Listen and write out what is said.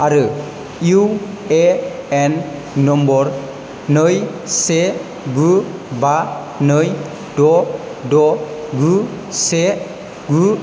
आरो U A N number नै से गु बा नै द' द' गु से गु